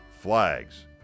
flags